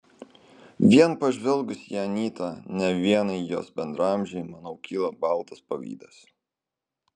vien pažvelgus į anytą ne vienai jos bendraamžei manau kyla baltas pavydas